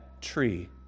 tree